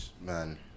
man